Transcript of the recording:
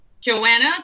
Joanna